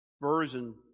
Version